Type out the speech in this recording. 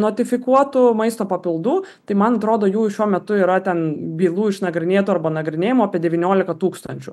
notifikuotų maisto papildų tai man atrodo jų šiuo metu yra ten bylų išnagrinėtų arba nagrinėjamų apie devyniolika tūkstančių